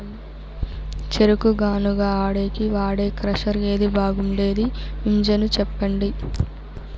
చెరుకు గానుగ ఆడేకి వాడే క్రషర్ ఏది బాగుండేది ఇంజను చెప్పండి?